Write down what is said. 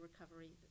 recovery